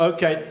Okay